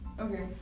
okay